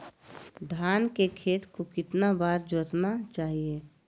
धान के खेत को कितना बार जोतना चाहिए?